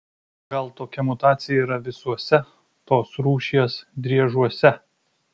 gal tokia mutacija yra visuose tos rūšies driežuose